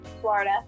Florida